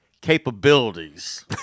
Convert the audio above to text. capabilities